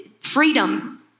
freedom